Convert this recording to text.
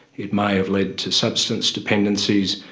it may have led to substance dependencies,